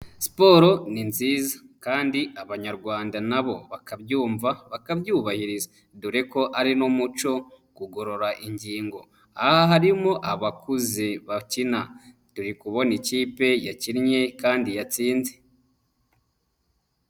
Siporo ni nziza kandi abanyarwanda na bo bakabyumva bakabyubahiriza dore ko ari n'umuco kugorora ingingo, aha harimo abakuze bakina, turi kubona ikipe yakinnye kandi yatsinze.